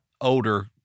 older